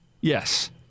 Yes